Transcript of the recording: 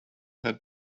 had